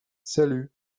salut